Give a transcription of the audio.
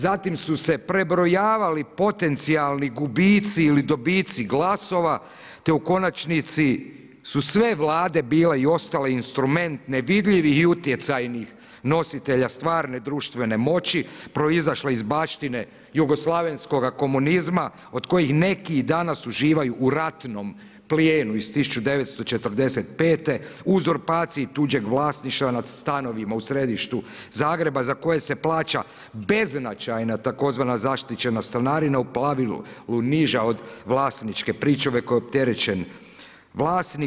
Zatim su se prebrojavali potencijalni gubici ili dobici glasova te u konačnici su sve Vlade bile i ostale instrumente vidljivi i utjecajni nositelja stvarne društvene moći proizašle iz baštine jugoslavenskoga komunizma od kojih neki i danas uživaju u ratnom plijenu iz 1945., uzurpaciji tuđeg vlasništva nad stanovima u središtu Zagrebu za koje se plaća beznačajna tzv. zaštićena stanarina u pravilu niža od vlasniče pričuva koji je opterećen vlasnik.